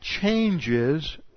changes